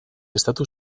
estatu